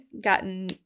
gotten